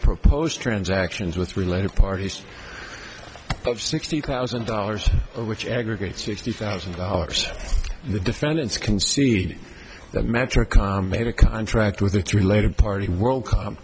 proposed transactions with related parties of sixty thousand dollars which aggregates sixty thousand dollars the defendants concede the metric made a contract with the related party world